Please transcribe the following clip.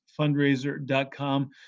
fundraiser.com